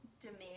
demand